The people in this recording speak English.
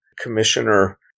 Commissioner